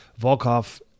Volkov